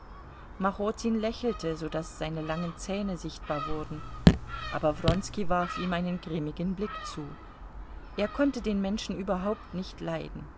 machotin lächelte so daß seine langen zähne sichtbar wurden aber wronski warf ihm einen grimmigen blick zu er konnte den menschen überhaupt nicht leiden